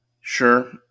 Sure